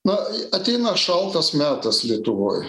na ateina šaltas metas lietuvoj